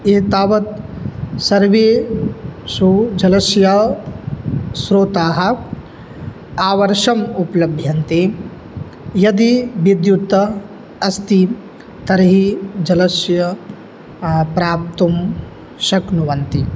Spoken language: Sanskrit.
एतावत् सर्वेषु जलस्य स्रोताः आवर्षम् उपलभ्यन्ते यदि विद्युत् अस्ति तर्हि जलं प्राप्तुं शक्नुवन्ति